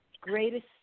greatest